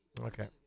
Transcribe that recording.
Okay